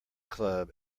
club